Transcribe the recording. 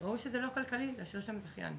ראו שזה לא כלכלי להשאיר שם זכיין.